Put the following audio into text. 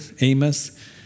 Amos